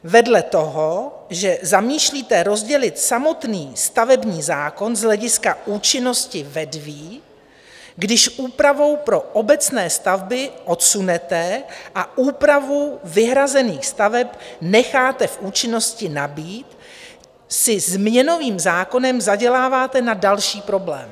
Vedle toho, že zamýšlíte rozdělit samotný stavební zákon z hlediska účinnosti vedví, když úpravu pro obecné stavby odsunete a úpravu vyhrazených staveb necháte v účinnosti nabýt, si změnovým zákonem zaděláváte na další problém.